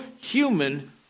human